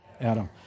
Adam